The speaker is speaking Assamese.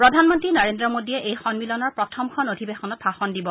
প্ৰধানমন্ত্ৰী নৰেন্দ্ৰ মোদীয়ে এই সন্মিলনৰ প্ৰথমখন অধিবেশনত ভাষণ দিব